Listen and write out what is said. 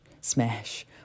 smash